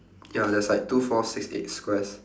ya there's like two four six eight squares